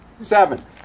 Seven